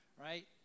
right